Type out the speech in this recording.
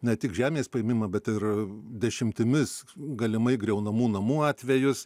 ne tik žemės paėmimą bet ir dešimtimis galimai griaunamų namų atvejus